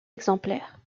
exemplaires